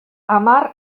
hamar